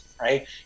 right